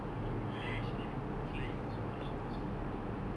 annoying but then actually right flying would also be s~ good superpower nowadays